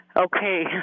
Okay